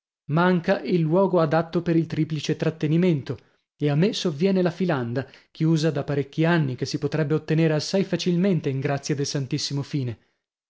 manca il luogo adatto per il triplice trattenimento e a me sovviene la filanda chiusa da parecchi anni che si potrebbe ottenere assai facilmente in grazia del santissimo fine